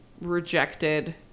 rejected